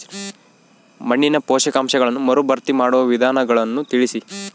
ಮಣ್ಣಿನ ಪೋಷಕಾಂಶಗಳನ್ನು ಮರುಭರ್ತಿ ಮಾಡುವ ವಿಧಾನಗಳನ್ನು ತಿಳಿಸಿ?